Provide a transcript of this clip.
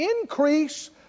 increase